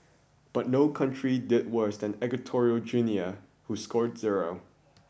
but no country did worse than Equatorial Guinea whose scored zero